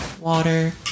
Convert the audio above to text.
water